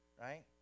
right